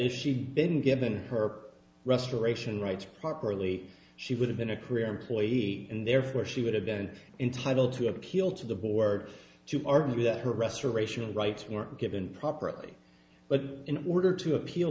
been given her restoration rights properly she would have been a career employee and therefore she would have been entitle to appeal to the board to argue that her restoration rights were given properly but in order to appeal